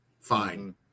Fine